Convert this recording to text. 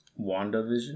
WandaVision